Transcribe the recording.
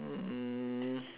mm